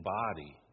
body